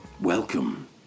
Welcome